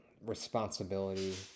responsibility